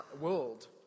world